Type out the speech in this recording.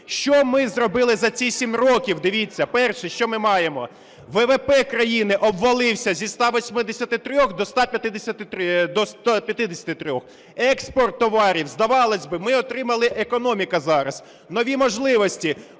Що ми зробили за ці 7 років? Дивіться, перше, що ми маємо. ВВП країни обвалився зі 183 до 153. Експорт товарів, здавалось би, ми отримали, економіка зараз нові можливості,